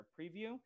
preview